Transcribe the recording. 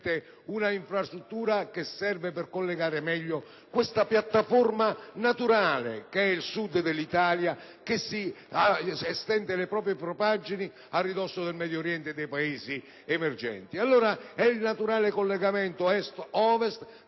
una infrastruttura che serve per collegare meglio questa piattaforma naturale, che è il Sud dell'Italia, che estende le proprie propaggini a ridosso del Medio Oriente e dei Paesi emergenti. È il naturale collegamento Est-Ovest